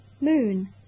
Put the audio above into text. Moon